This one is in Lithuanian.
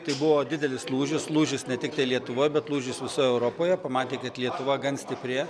tai buvo didelis lūžis lūžis ne tiktai lietuvoj bet lūžis visoj europoje pamatė kad lietuva gan stipri